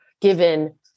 given